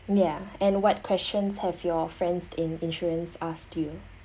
ya and what questions have your friends in insurance asked you